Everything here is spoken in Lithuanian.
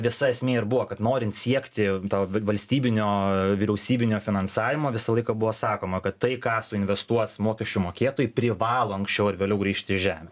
visa esmė ir buvo kad norint siekti to valstybinio vyriausybinio finansavimo visą laiką buvo sakoma kad tai ką su investuos mokesčių mokėtojai privalo anksčiau ar vėliau grįžti į žemę